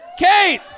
Kate